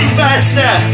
faster